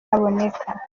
aboneka